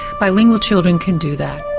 bilingual children can do that.